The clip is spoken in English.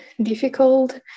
difficult